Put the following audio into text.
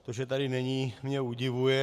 To, že tady není, mě udivuje.